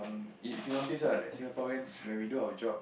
if you notice right like Singaporeans when we do our job